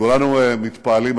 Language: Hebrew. כולנו מתפעלים,